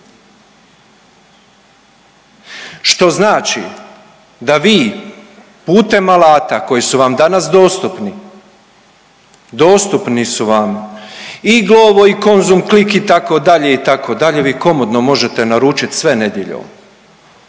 što znači da vi putem alata koji su vam danas dostupni, dostupni su vam i Glovo i Konzum, klik itd., itd., vi komotno možete naručit sve nedjeljom,